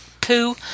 poo